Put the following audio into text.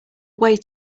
way